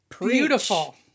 beautiful